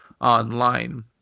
online